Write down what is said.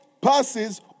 passes